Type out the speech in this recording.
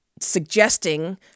suggesting